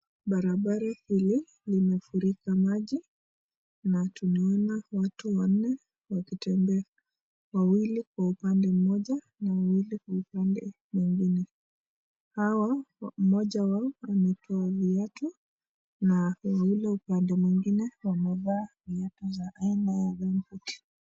Barabara hili limefurika maji na tunaona watu wanne wakitembea, wawili kwa upande mmoja na wawili kwa upande mwengine. Hawa mmoja wao ametoa viatu na uvuli wa pande mwengine wamevaa viatu aina ya gumboot .